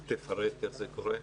דודי, תפרט איך זה קורה.